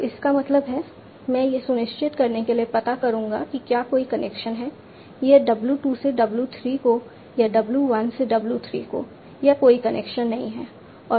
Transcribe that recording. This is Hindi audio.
तो इसका मतलब है मैं यह सुनिश्चित करने के लिए पता करूंगा कि क्या कोई कनेक्शन है यह w 2 से w 3 को या w 1 से w 3 को या कोई कनेक्शन नहीं है